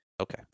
Okay